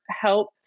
help